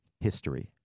history